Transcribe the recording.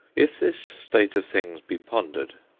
if this state of things be pondered,